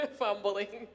fumbling